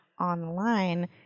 online